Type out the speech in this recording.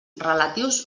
relatius